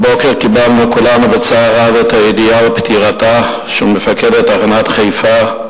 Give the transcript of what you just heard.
הבוקר קיבלנו כולנו בצער רב את הידיעה על פטירתה של מפקדת תחנת חיפה,